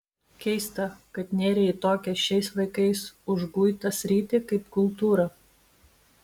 keista kad nėrei į tokią šiais laikais užguitą sritį kaip kultūra